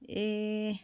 ए